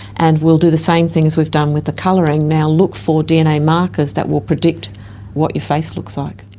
and we'll do the same thing as we've done with the colouring, now look for dna markers that will predict what your face looks like.